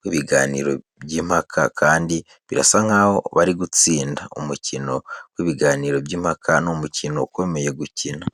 w'ibiganiro by'impaka, kandi birasa nkaho bari gutsinda. Umukino w'ibiganiro by'impaka ni umukino ukomeye gukina.